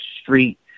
street